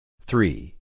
Three